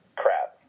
crap